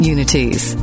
Unity's